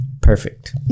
Perfect